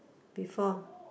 before